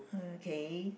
uh K